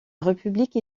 république